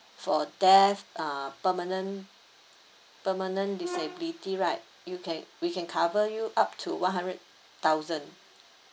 for death uh permanent permanent disability right you can we can cover you up to one hundred thousand